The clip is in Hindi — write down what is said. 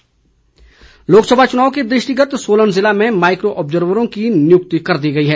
ऑब्जर्वर लोकसभा चुनाव के दृष्टिगत सोलन जिले में माइक्रो ऑब्जर्वरों की नियुक्ति कर दी गई है